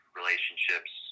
relationships